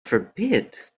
forbid